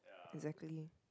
exactly